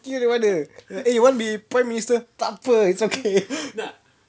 fikir mana eh want to be prime minister tak apa it's okay